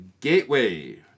gateway